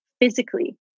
physically